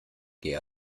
geh